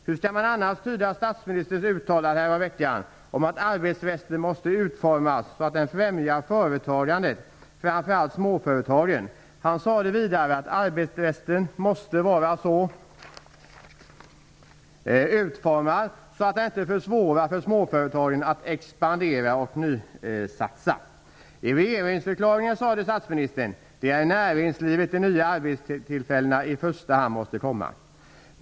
Hur skall man annars tyda statsministerns uttalande häromveckan om att arbetsrätten måste utformas så att den främjar företagandet, framför allt småföretagandet? Han sade vidare att arbetsrätten måste vara så utformad att den inte försvårar för småföretagen att expandera och göra nysatsningar. I regeringsförklaringen sade statsministern att det är i näringslivet de nya arbetstillfällena i första hand måste komma.